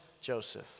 Joseph